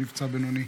שנפצע בינוני.